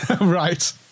right